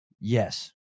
yes